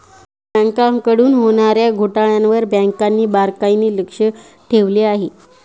बँकांकडून होणार्या घोटाळ्यांवर बँकांनी बारकाईने लक्ष ठेवले आहे